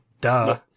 Duh